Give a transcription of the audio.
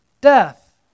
death